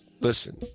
Listen